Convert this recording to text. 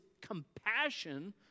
compassion